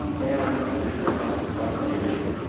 and this is across the proxy of the issue.